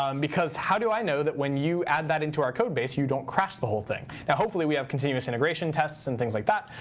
um because how do i know that when you add that into our code base you don't crash the whole thing? now, hopefully we have continuous integration tests and things like that.